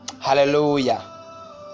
hallelujah